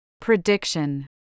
prediction